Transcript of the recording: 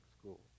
school